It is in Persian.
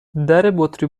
دربطری